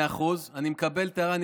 מאה אחוז, אני מקבל את ההערה.